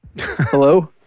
Hello